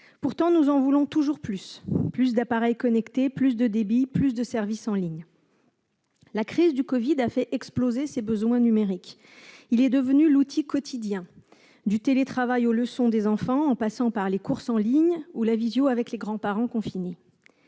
Pourtant, nous en voulons toujours plus : plus d'appareils connectés, plus de débit, plus de services en ligne ... La crise du Covid-19 a fait exploser les besoins. Le numérique est devenu l'outil quotidien, du télétravail aux leçons des enfants en passant par les courses en ligne ou la visite virtuelle aux grands-parents confinés.